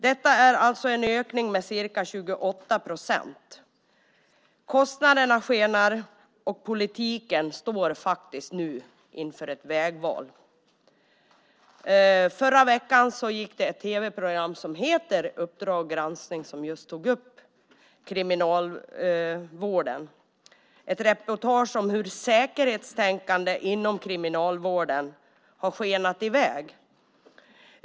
Detta är alltså en ökning med ca 28 procent. Kostnaderna skenar, och politiken står nu inför ett vägval. I förra veckan gick ett tv-program som heter Uppdrag granskning , som just tog upp kriminalvården. Det var ett reportage om hur säkerhetstänkandet inom kriminalvården har skenat i väg.